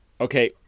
Okay